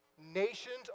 Nations